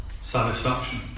satisfaction